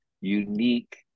unique